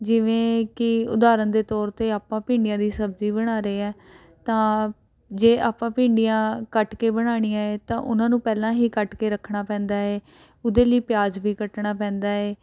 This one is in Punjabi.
ਜਿਵੇਂ ਕਿ ਉਦਾਹਰਨ ਦੇ ਤੌਰ 'ਤੇ ਆਪਾਂ ਭਿੰਡੀਆਂ ਦੀ ਸਬਜ਼ੀ ਬਣਾ ਰਹੇ ਹਾਂ ਤਾਂ ਜੇ ਆਪਾਂ ਭਿੰਡੀਆਂ ਕੱਟ ਕੇ ਬਣਾਉਣੀਆਂ ਹੈ ਤਾਂ ਉਹਨਾਂ ਨੂੰ ਪਹਿਲਾਂ ਹੀ ਕੱਟ ਕੇ ਰੱਖਣਾ ਪੈਂਦਾ ਹੈ ਉਹਦੇ ਲਈ ਪਿਆਜ ਵੀ ਕੱਟਣਾ ਪੈਂਦਾ ਹੈ